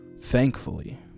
Thankfully